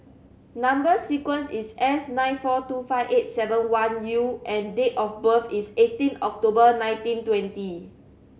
number sequence is S nine four two five eight seven one U and date of birth is eighteen October nineteen twenty